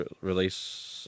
release